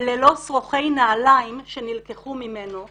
ללא שרוכי נעליים שנלקחו ממנו,